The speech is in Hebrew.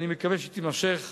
ואני מקווה שהיא תימשך